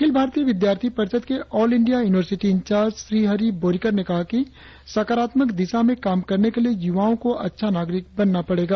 अखिल भारतीय विद्यार्थी परिषद के all India university incharge Shrihari Borikar ने कहा कि सरकारात्मक दिशा में काम करने के लिए यूवाओं को अच्छा नागरिक बनना पड़ेगा